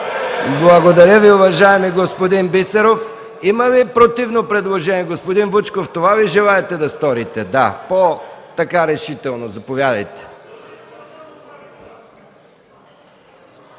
Благодаря, уважаеми господин Бисеров. Има ли противно предложение? Господин Вучков, това ли желаете да сторите? Да. Заповядайте.